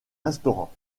restaurant